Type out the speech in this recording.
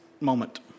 moment